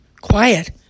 quiet